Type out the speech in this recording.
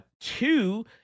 Two